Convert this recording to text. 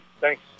thanks